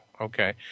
okay